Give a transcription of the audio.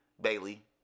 Bailey